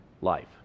life